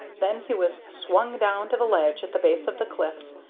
then he was swung down to the ledge at the base of the cliffs,